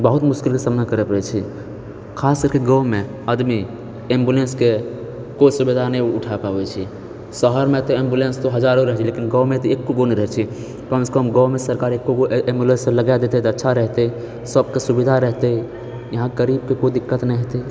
बहुत मुश्किलके सामना करऽ पड़ै छै खास करके गाँवमे आदमी एम्बुलेंसके कोइ सुविधा नहि उठाए पाबै छै शहरमे तऽ एम्बुलेंस तऽ हजारो रहै छै लेकिन गाँवमे तऽ एकोगो नै रहै छै कम सऽ कम गाँवमे सरकार एकोगो एम्बुलेंस लगाए देतै तऽ अच्छा रहितै सबके सुविधा रहतै यहाँ गरीबके कोइ दिक्कत नहि होतै